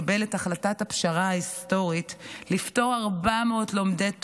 קיבל את החלטת הפשרה ההיסטורית לפטור 400 לומדי תורה,